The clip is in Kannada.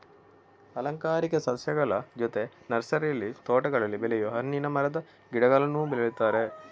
ಅಲಂಕಾರಿಕ ಸಸ್ಯಗಳ ಜೊತೆಗೆ ನರ್ಸರಿಯಲ್ಲಿ ತೋಟಗಳಲ್ಲಿ ಬೆಳೆಯುವ ಹಣ್ಣಿನ ಮರದ ಗಿಡಗಳನ್ನೂ ಬೆಳೆಯುತ್ತಾರೆ